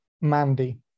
mandy